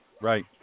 Right